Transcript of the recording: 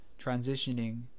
transitioning